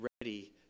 ready